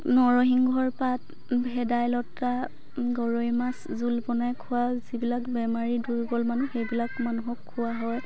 নৰসিংহৰ পাত ভেদাইলতা গৰৈ মাছ জোল বনাই খোৱা যিবিলাক বেমাৰী দুৰ্বল মানুহ সেইবিলাক মানুহক খুওঁৱা হয়